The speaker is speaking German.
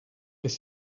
ist